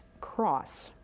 cross